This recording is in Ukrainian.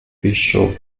пішов